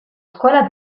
scuola